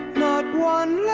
not